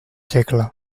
segle